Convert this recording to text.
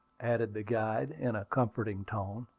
added the guide in a comforting tone.